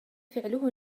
فعله